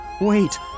wait